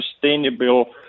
sustainable